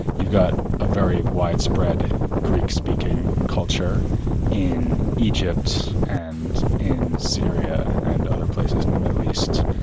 you've got a very widespread greek speaking culture in egypt and in syria and other places in the middle east.